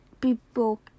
people